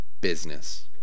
business